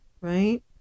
Right